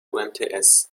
umts